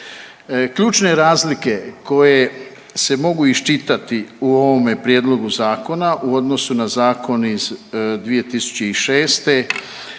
Ključne razlike koje se mogu iščitati u ovom prijedlogu zakona u odnosu na zakon iz 2006.